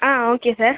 ah okay sir